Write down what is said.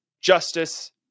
justice